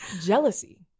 Jealousy